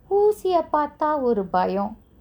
ஊசிய பாத்தா ஒரு பயோ:oosiya paatha oru payo